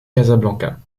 casablanca